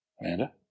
Amanda